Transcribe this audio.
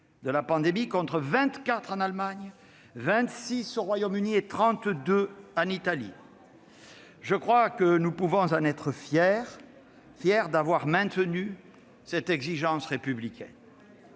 de la pandémie contre 24 en Allemagne, 26 au Royaume-Uni et 32 en Italie. Je crois que nous pouvons être fiers d'avoir maintenu cette exigence républicaine.